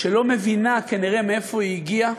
שלא מבינה, כנראה, מאיפה היא הגיעה,